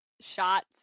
shots